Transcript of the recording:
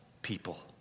People